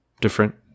Different